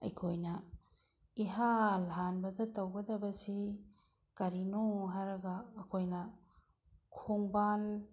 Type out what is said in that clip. ꯑꯩꯈꯣꯏꯅ ꯏꯍꯥꯟ ꯍꯥꯟꯕꯗ ꯇꯧꯒꯗꯕꯁꯤ ꯀꯔꯤꯅꯣ ꯍꯥꯏꯔꯒ ꯑꯩꯈꯣꯏꯅ ꯈꯣꯡꯕꯥꯟ